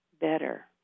Better